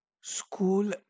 school